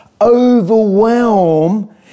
overwhelm